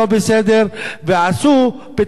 ועשו פתרון אקמול,